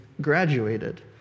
graduated